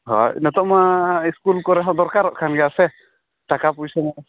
ᱦᱚᱭ ᱱᱤᱛᱚᱜ ᱢᱟ ᱤᱥᱠᱩᱞ ᱠᱚᱨᱮᱦᱚᱸ ᱫᱚᱨᱠᱟᱨᱚᱜ ᱠᱟᱱᱜᱮᱭᱟ ᱥᱮ ᱴᱟᱠᱟᱼᱯᱩᱭᱥᱟᱹᱦᱚᱸ